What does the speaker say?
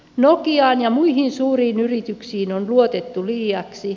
nokiaan ja muihin suuriin yrityksiin on luotettu liiaksi